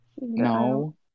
No